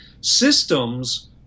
systems